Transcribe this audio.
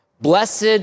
Blessed